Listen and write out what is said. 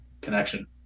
connection